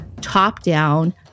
top-down